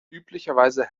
üblicherweise